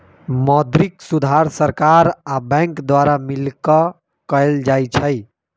मौद्रिक सुधार सरकार आ बैंक द्वारा मिलकऽ कएल जाइ छइ